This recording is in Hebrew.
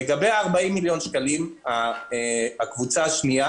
לגבי 40 מיליון השקלים הקבוצה השנייה